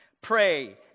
pray